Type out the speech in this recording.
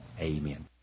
Amen